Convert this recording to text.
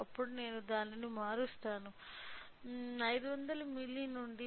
అప్పుడు నేను దానిని మారుస్తాను 500 మిల్లీ నుండి